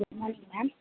good morning ma'am